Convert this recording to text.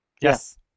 Yes